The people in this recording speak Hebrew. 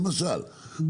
למשל,